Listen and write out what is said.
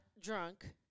drunk